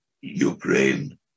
Ukraine